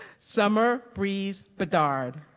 summer breeze bedard